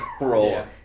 roll